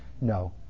No